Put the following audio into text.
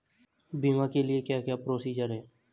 बीमा के लिए क्या क्या प्रोसीजर है?